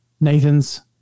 Nathan's